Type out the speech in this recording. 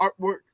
artwork